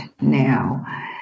now